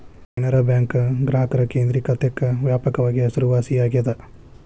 Canara bank ಗ್ರಾಹಕರ ಕೇಂದ್ರಿಕತೆಕ್ಕ ವ್ಯಾಪಕವಾಗಿ ಹೆಸರುವಾಸಿಯಾಗೆದ